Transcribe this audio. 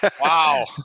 Wow